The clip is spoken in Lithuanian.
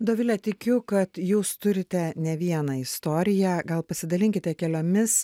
dovile tikiu kad jūs turite ne vieną istoriją gal pasidalinkite keliomis